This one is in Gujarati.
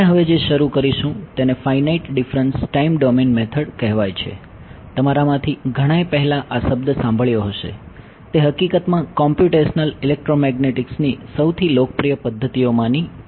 આપણે હવે જે શરૂ કરીશું તેને ફાઈનાઈટ ની સૌથી લોકપ્રિય પદ્ધતિઓમાંની એક છે